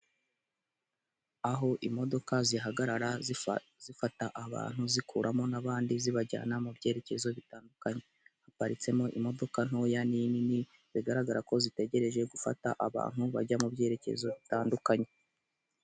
Aho imodoka zihagarara zifata abantu zikuramo n'abandi zibajyana mu byerekezo bitandukanye, haparitsemo imodoka ntoya ni nini bigaragara ko zitegereje gufata abantu bajya mu byerekezo bitandukanye.